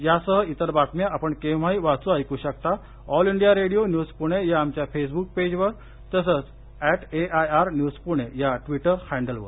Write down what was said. यासह इतर बातम्या आपण केव्हाही वाचू ऐकू शकता all India radio news Pune या आमच्या फेसबुक पेजपल तसंच A I R news Pune या ट्विटर हँडवर